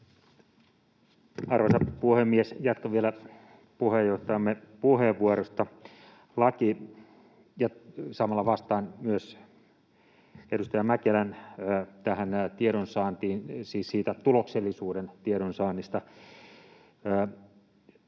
Arvoisa puhemies! Jatkan vielä puheenjohtajamme puheenvuorosta ja samalla vastaan myös edustaja Mäkelälle tähän tiedonsaantiin,